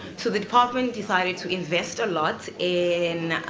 so the department decided to invest a lot in